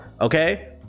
okay